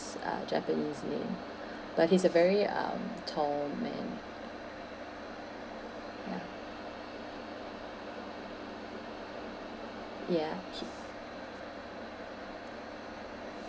uh japanese name but he's a very um tall man ya ya he